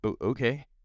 Okay